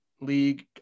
League